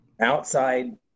Outside